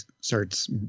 starts